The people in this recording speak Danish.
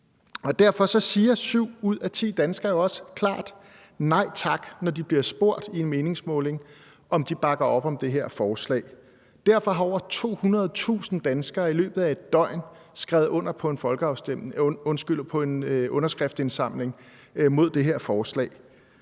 Derfor siger syv ud af ti danskere også klart nej tak, når de bliver spurgt i en meningsmåling, om de bakker op om det her forslag. Derfor har over 200.000 danskere i løbet af et døgn skrevet under på en underskriftsindsamling mod det her forslag.